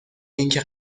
اینکه